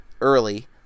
early